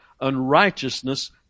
unrighteousness